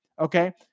Okay